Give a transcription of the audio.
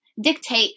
dictate